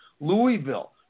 Louisville